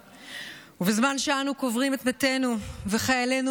בזמן שאנו קוברים את מתינו וחיילינו